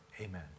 Amen